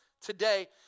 today